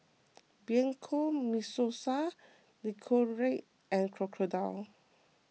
Bianco Mimosa Nicorette and Crocodile